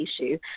issue